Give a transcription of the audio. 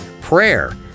prayer